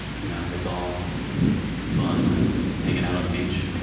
you know it's all fun and hanging out on the beach